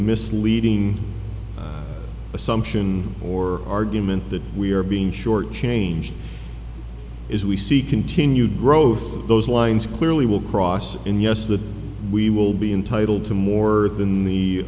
misleading assumption or argument that we are being short changed is we see continued growth those lines clearly will cross in yes that we will be entitle to more in the